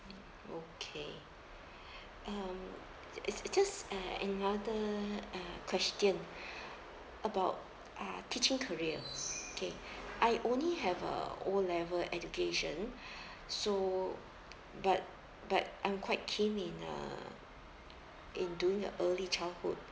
okay um ju~ ju~ just uh another uh question about uh teaching career okay I only have a O level education so but but I'm quite keen in uh in doing a early childhood